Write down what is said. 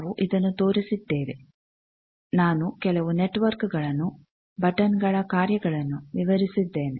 ನಾವು ಇದನ್ನು ತೋರಿಸಿದ್ದೇವೆ ನಾನು ಕೆಲವು ನೆಟ್ವರ್ಕ್ಗಳನ್ನು ಬಟನ್ಗಳ ಕಾರ್ಯಗಳನ್ನು ವಿವರಿಸಿದ್ದೇನೆ